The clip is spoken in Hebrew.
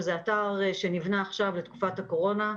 שזה אתר שנבנה עכשיו לתקופת הקורונה,